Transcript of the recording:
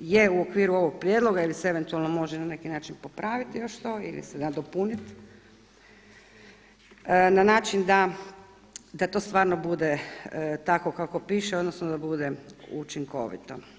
je u okviru ovog prijedloga ili se eventualno može na neki način popraviti još to ili se nadopunit na način da to stvarno bude tako kako piše odnosno, da bude učinkovito.